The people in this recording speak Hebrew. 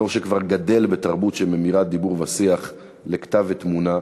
הדור שכבר גדל בתרבות שממירה דיבור ושיח לכתב ותמונה,